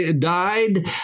died